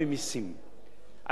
על-ידי פטור ממס חברות,